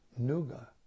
Nuga